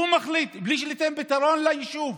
הוא מחליט בלי שניתן פתרון ליישוב.